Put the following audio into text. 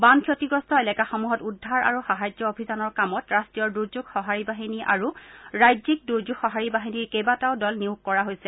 বান ক্ষতিগ্ৰস্ত এলেকাসমূহত উদ্ধাৰ আৰু সাহায্য অভিযানৰ কামত ৰাষ্টীয় দূৰ্যোগ সহাৰি বাহিনী আৰু ৰাজ্যিক দূৰ্যোগ সহাৰি বাহিনীৰ কেইবাটাও দল নিয়োগ কৰা হৈছে